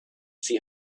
see